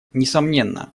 несомненно